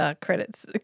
credits